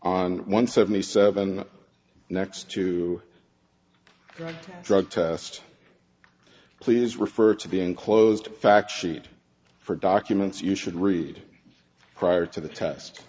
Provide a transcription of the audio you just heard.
on one seventy seven next to drug drug test please refer to the enclosed fact sheet for documents you should read prior to the test